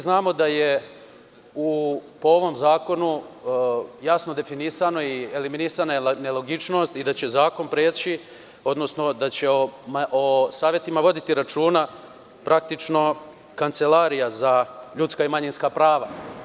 Znamo da je po ovom zakonu jasno definisano i eliminisane nelogičnosti i da će zakon preći, odnosno da će savetima voditi računa Kancelarija za ljudska i manjinska prava.